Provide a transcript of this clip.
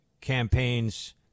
campaigns